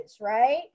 right